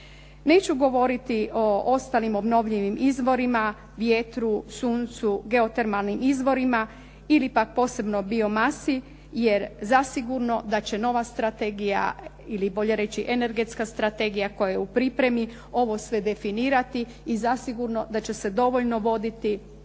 Neću govoriti o ostalim obnovljivim izvorima, vjetru, suncu, geotermalnim izvorima ili pak posebno biomasi. Jer zasigurno da će nova strategija ili bolje reći energetska strategija koja je u pripremi ovo sve definirati i zasigurno da će se dovoljno voditi računa